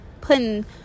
Putting